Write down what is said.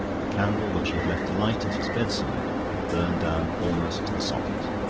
the candle which he had left alight at his bedside had burned down almost to the socket.